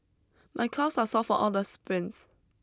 my calves are sore for all the sprints